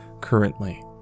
currently